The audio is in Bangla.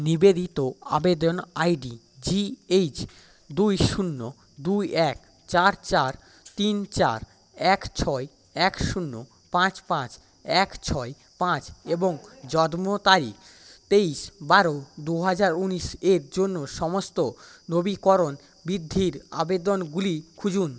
নিবেদিত আবেদন আই ডি জি এইচ দুই শূন্য দুই এক চার চার তিন চার এক ছয় এক শূন্য পাঁচ পাঁচ এক ছয় পাঁচ এবং জত্ম তারিখ তেইশ বারো দু হাজার উনিশ এর জন্য সমস্ত নবীকরণ বৃদ্ধির আবেদনগুলি খুঁজুন